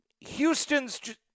Houston's